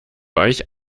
euch